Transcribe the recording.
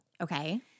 Okay